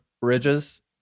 bridges